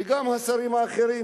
וגם השרים האחרים,